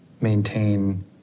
maintain